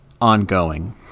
ongoing